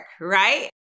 right